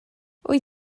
wyt